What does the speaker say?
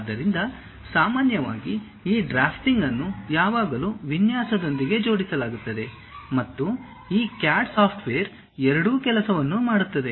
ಆದ್ದರಿಂದ ಸಾಮಾನ್ಯವಾಗಿ ಈ ಡ್ರಾಫ್ಟಿಂಗ್ ಅನ್ನು ಯಾವಾಗಲೂ ವಿನ್ಯಾಸದೊಂದಿಗೆ ಜೋಡಿಸಲಾಗುತ್ತದೆ ಮತ್ತು ಈ CAD ಸಾಫ್ಟ್ವೇರ್ ಎರಡೂ ಕೆಲಸವನ್ನು ಮಾಡುತ್ತದೆ